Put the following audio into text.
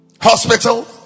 hospital